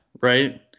right